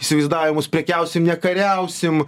įsivaizdavimus prekiausim nekariausim